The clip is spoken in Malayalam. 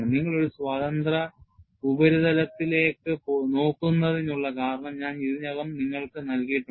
നിങ്ങൾ ഒരു സ്വതന്ത്ര ഉപരിതലത്തിലേക്ക് നോക്കുന്നതിനുള്ള കാരണം ഞാൻ ഇതിനകം നിങ്ങൾക്ക് നൽകിയിട്ടുണ്ട്